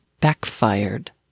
backfired